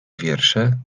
wiersze